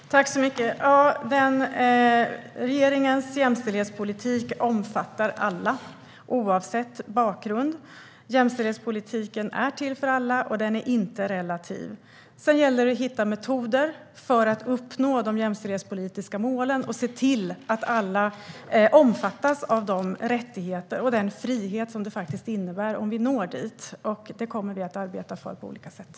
Fru talman! Regeringens jämställdhetspolitik omfattar alla oavsett bakgrund. Jämställdhetspolitiken är till för alla, och den är inte relativ. Sedan gäller det att hitta metoder för att uppnå de jämställdhetspolitiska målen och se till att alla omfattas av de rättigheter och den frihet det faktiskt innebär om vi når dit. Det kommer vi att arbeta för på olika sätt.